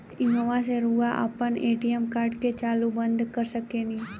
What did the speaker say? ईहवा से रऊआ आपन ए.टी.एम कार्ड के चालू बंद कर सकेनी